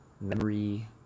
memory